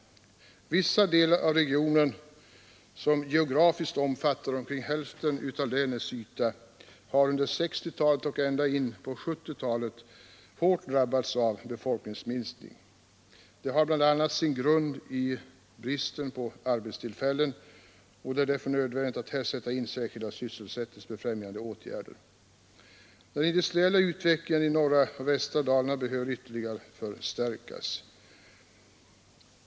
Vissa delar av regionen, som geografiskt omfattar hälften av länets yta, har under 1960-talet och ända in på 1970-talet hårt drabbats av befolkningsminskning. Det har bl.a. sin grund i bristen på arbetstillfällen, och det är därför nödvändigt att här sätta in särskilda sysselsättningsbefrämjande åtgärder. Den industriella utvecklingen i norra och västra Dalarna behöver ytterligare förstärkas.